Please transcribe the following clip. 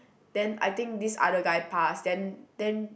then I think this other guy pass then then